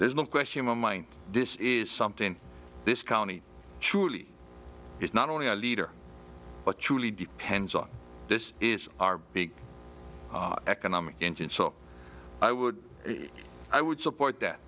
there's no question in my mind this is something this county truly is not only our leader but truly depends on this is our big economic engine so i would i would support that